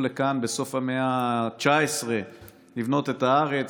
לכאן בסוף המאה ה-19 לבנות את הארץ,